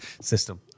system